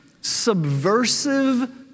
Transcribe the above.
subversive